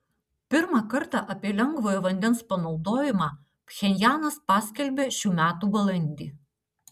pirmą kartą apie lengvojo vandens panaudojimą pchenjanas paskelbė šių metų balandį